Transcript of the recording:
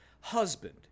Husband